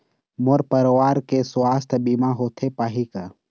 मोर परवार के सुवास्थ बीमा होथे पाही का?